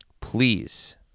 please